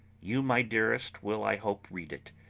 you, my dearest, will i hope read it,